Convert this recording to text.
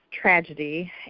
tragedy